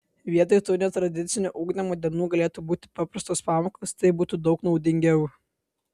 vietoj tų netradicinio ugdymo dienų galėtų būti paprastos pamokos taip būtų daug naudingiau